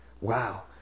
Wow